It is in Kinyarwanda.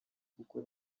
kuko